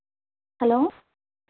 hello